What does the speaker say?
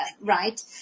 right